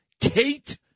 Kate